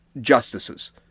justices